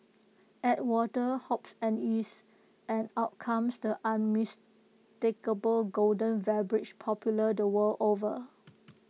add water hops and yeast and out comes the unmistakable golden beverage popular the world over